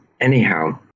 anyhow